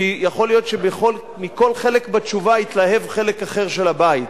כי יכול להיות שמכל חלק בתשובה יתלהב חלק אחר של הבית,